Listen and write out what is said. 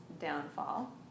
downfall